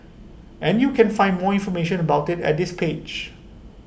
and you can find more information about IT at this page